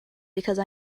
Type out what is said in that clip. because